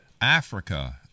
Africa